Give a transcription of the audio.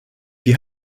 wir